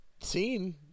seen